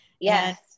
Yes